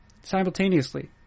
Simultaneously